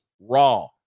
raw